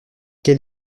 quel